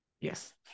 Yes